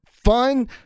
Fun